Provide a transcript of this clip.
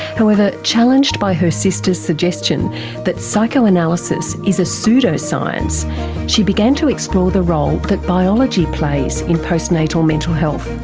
however, challenged by her sister's suggestion that psychoanalysis is a pseudoscience she began to explore the role that biology plays in postnatal mental health.